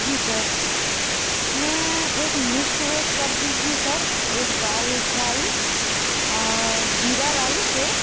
जी sir इसमें एक mix veg कर दीजिए सर एक दाल फ्राई और जीरा राइस एक